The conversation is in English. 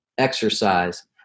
Exercise